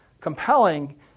compelling